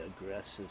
aggressive